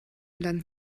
land